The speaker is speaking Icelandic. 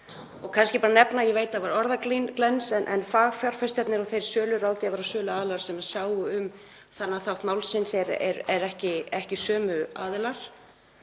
vil kannski bara nefna, ég veit að það var orðaglens, en fagfjárfestarnir og þeir söluráðgjafar og söluaðilar sem sáu um þennan þátt málsins eru ekki sömu aðilar